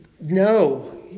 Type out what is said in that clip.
No